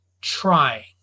trying